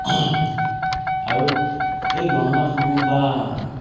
আৰু এই গহনাসমূহ বা